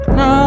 no